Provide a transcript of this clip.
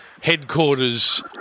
headquarters